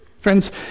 Friends